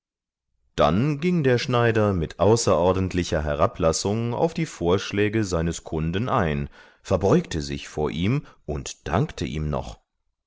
dann ging der schneider mit außerordentlicher herablassung auf die vorschläge seines kunden ein verbeugte sich vor ihm und dankte ihm noch